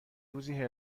روزی